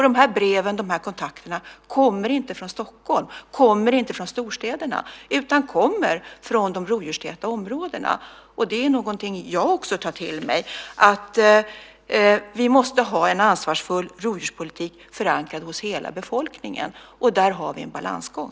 Dessa brev och kontakter kommer inte från Stockholm eller från storstäderna. De kommer från de rovdjurstäta områdena. Det är också något jag tar till mig. Vi måste ha en ansvarsfull rovdjurspolitik som är förankrad hos hela befolkningen. Där har vi en balansgång.